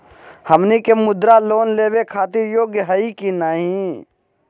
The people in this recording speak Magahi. हमनी के मुद्रा लोन लेवे खातीर योग्य हई की नही?